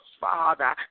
Father